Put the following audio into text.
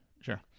Sure